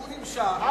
והוא נמשך,